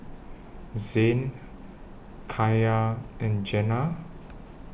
Zayne Kaia and Jenna